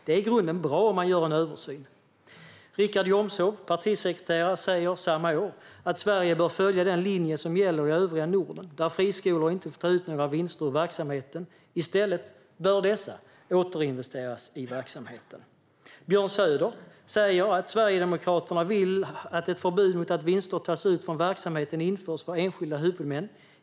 Det är i grunden bra om man gör en översyn. Richard Jomshof, partisekreterare, säger samma år att Sverige bör följa den linje som gäller i övriga Norden, där friskolor inte får ta ut några vinster ur verksamheten. I stället bör dessa återinvesteras i verksamheten. Björn Söder säger att Sverigedemokraterna vill att ett förbud mot att vinster tas ut från verksamheten införs för enskilda huvudmän.